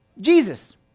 Jesus